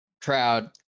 Crowd